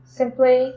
simply